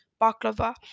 baklava